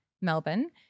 Melbourne